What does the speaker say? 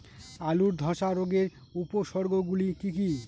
আলুর ধ্বসা রোগের উপসর্গগুলি কি কি?